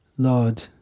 Lord